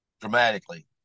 Dramatically